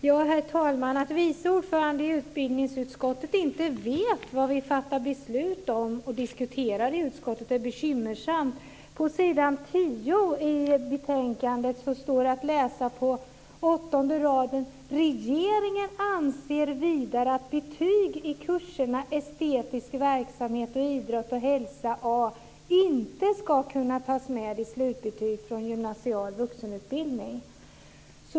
Herr talman! Att vice ordföranden i utbildningsutskottet inte vet vad utskottet fattar beslut om och diskuterar är bekymmersamt. På s. 10 i betänkandet står att läsa på åttonde raden: "Regeringen anser vidare att betyg i kurserna Estetisk verksamhet och Idrott och hälsa A inte skall kunna tas med i slutbetyg från gymnasial vuxenutbildning."